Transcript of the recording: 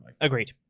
agreed